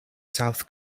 south